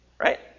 Right